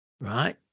right